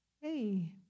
Hey